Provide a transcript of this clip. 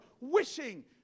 wishing